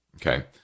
Okay